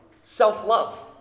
Self-love